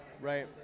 right